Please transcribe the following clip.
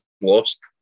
lost